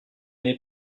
n’est